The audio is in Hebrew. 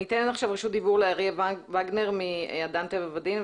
רשות הדיבור לאריה ונגר מאדם טבע ודין.